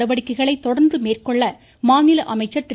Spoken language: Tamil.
நடவடிக்கைகளை தொடர்ந்து மேற்கொள்ள மாநில அமைச்சர் திரு